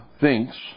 thinks